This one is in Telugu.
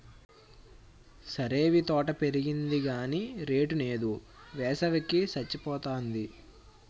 సరేవీ తోట పెరిగింది గాని రేటు నేదు, వేసవి కి సచ్చిపోతాంది